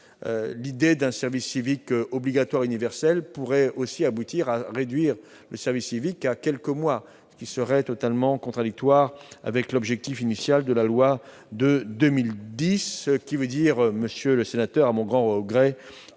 L'idée d'un service civique obligatoire universel pourrait aussi conduire à raccourcir la durée du service civique à quelques mois, ce qui serait totalement contradictoire avec l'objectif initial de la loi de 2010. Vous l'aurez compris, monsieur le sénateur, je suis au regret